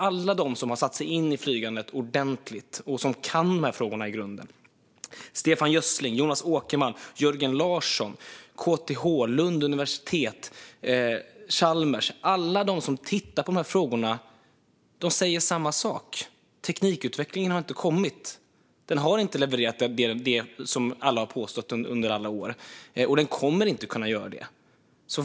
Alla de som har satt sig in i flygandet ordentligt och som kan de här frågorna i grunden, som Stefan Gössling, Jonas Åkerman, Jörgen Larsson, KTH, Lunds universitet, Chalmers - alla de som tittar på de här frågorna - säger samma sak: Teknikutvecklingen har inte skett. Utvecklingen har inte levererat det som man under alla år har påstått att den skulle göra, och den kommer inte att kunna göra det.